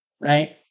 Right